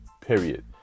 period